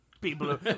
People